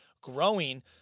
growing